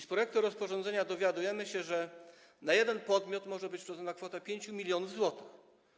Z projektu rozporządzenia dowiadujemy się, że na jeden podmiot może być przyznana kwota 5 mln zł.